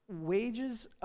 Wages